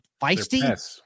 Feisty